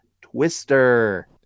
twister